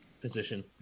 position